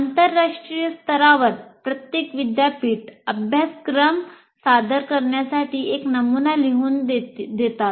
आंतरराष्ट्रीय स्तरावर प्रत्येक विद्यापीठ अभ्यासक्रम सादर करण्यासाठी एक नमुना लिहून देतात